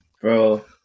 bro